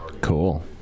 Cool